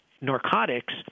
Narcotics